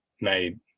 made